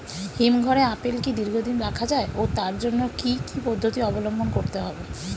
হিমঘরে আপেল কি দীর্ঘদিন রাখা যায় ও তার জন্য কি কি পদ্ধতি অবলম্বন করতে হবে?